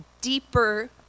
deeper